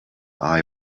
eye